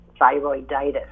thyroiditis